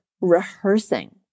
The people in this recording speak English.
rehearsing